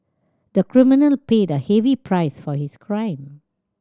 the criminal paid a heavy price for his crime